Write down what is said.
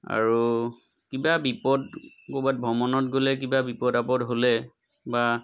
আৰু কিবা বিপদ ক'ৰবাত ভ্ৰমণত গ'লে কিবা বিপদ আপদ হ'লে বা